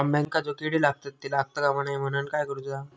अंब्यांका जो किडे लागतत ते लागता कमा नये म्हनाण काय करूचा?